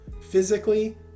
Physically